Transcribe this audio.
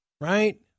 right